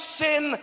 sin